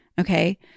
Okay